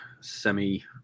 semi